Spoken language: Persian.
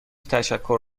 تشکر